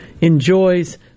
enjoys